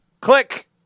Click